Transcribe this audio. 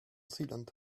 sealant